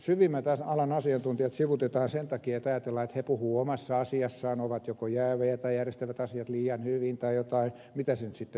syvimmät alan asiantuntijat sivuutetaan sen takia että ajatellaan että he puhuvat omassa asiassaan ovat joko jäävejä tai järjestävät asiat liian hyvin tai jotain mitä se nyt sitten onkaan